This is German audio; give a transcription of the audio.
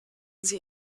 sie